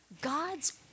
God's